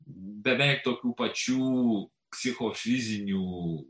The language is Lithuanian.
beveik tokių pačių psichofizinių